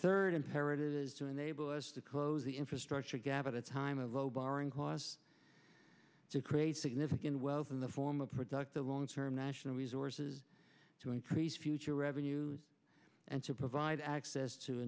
third imperative is to enable us to close the infrastructure at a time of low barring cause to create significant wealth in the form of productive long term national resources to increase future revenue and to provide access to a